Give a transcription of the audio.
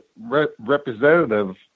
representative